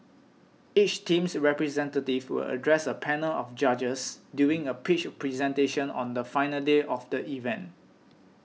each team's representative will address a panel of judges during a pitch presentation on the final day of the event